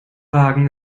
wagen